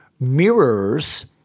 mirrors